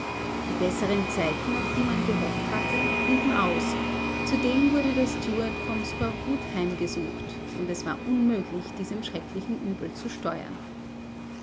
die besseren zeiten auf die man gehofft hatte blieben aus zudem wurde der steward vom skorbut heimgesucht und es war unmöglich diesem schrecklichen übel zu steuern